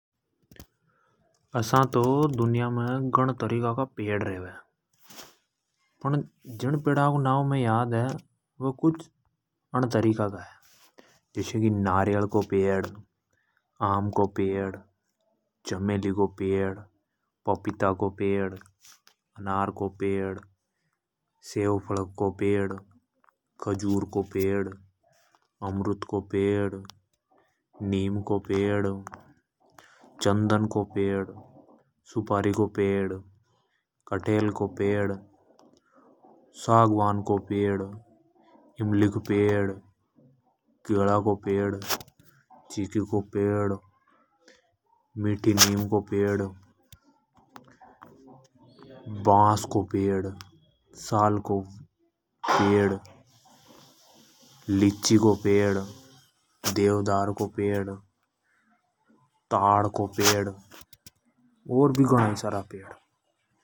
असा तो दुनिया मे घण तरीका का पेड़ रेवे। फण झण पेडा को नाव मे याद है। वे कुछ अन् तरीका का है। जस्या की आम को पेड़, नारियल को पेड़ चमेली को पेड़, पपीता को पेड़। सेवफल को पेड़, खजुर को पेड़, अमरूद को पेड़, सुपारी को पेड़, चंदन को पेड़, कटेल को पेड़, सागवान को पेड़। इमली को पेड़, केला को पेड़, चिकि को पेड़। मीठी नीम को पेड़ बाँस को पेड़, साल को पेड़, लीची को पेड़, देवदार को पेड़, ताड़ को पेड़। और भी घणा सारा पेड़।